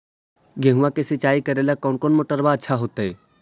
गेहुआ के सिंचाई करेला कौन मोटरबा अच्छा होतई?